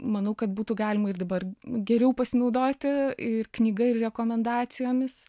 manau kad būtų galima ir dabar geriau pasinaudoti ir knyga ir rekomendacijomis